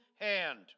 hand